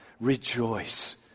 Rejoice